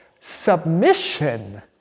submission